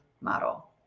model